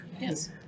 Yes